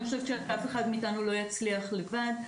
אני חושבת שאף אחד מאיתנו לא יצליח לבד.